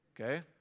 Okay